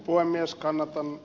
kannatan ed